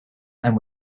and